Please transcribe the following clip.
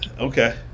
Okay